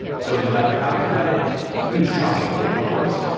so no matter how you cut it, it's a huge tranche of the labor force.